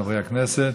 חברי הכנסת,